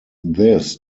this